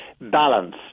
balance